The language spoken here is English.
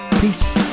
Peace